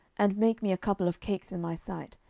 and make me a couple of cakes in my sight,